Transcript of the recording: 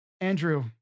Andrew